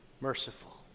merciful